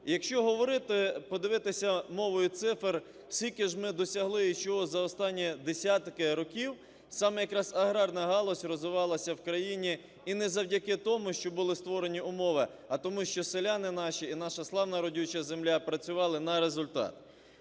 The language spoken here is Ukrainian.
Якщо говорити, подивитися мовою цифр, скільки ж ми досягли і чого за останні десятки років, саме якраз аграрна галузь розвивалася в країні, і не завдяки тому, що були створені умови, а тому що селяни наші і наша славно родюча земля працювали на результат.